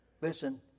Listen